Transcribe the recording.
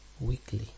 weekly